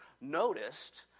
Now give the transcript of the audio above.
noticed